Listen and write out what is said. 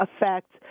affect